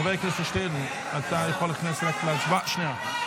חבר הכנסת שטרן, אתה יכול להיכנס רק להצבעה, לא?